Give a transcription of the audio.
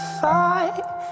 fight